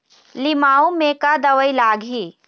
लिमाऊ मे का दवई लागिही?